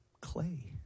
clay